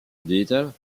orbitales